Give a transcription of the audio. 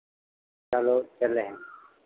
चलो चल रहे